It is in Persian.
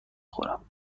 خورم